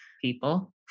people